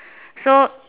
so